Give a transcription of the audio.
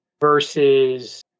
versus